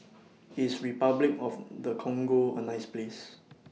IS Repuclic of The Congo A nice Place